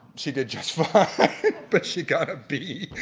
she did just fine but she got a b.